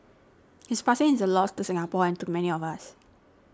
his passing is a loss to Singapore and to many of us